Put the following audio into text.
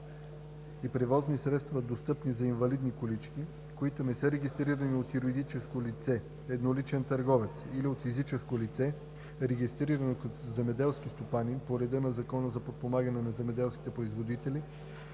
и превозни средства, достъпни за инвалидни колички, които не са регистрирани от юридическо лице, едноличен търговец или от физическо лице, регистрирано като земеделски стопанин по реда на Закона за подпомагане на земеделските производители,